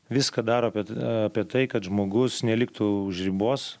viską daro bet apie tai kad žmogus neliktų už ribos